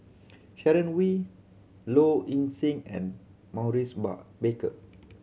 Sharon Wee Low Ing Sing and Maurice bar Baker